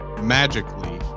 magically